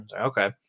Okay